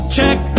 Check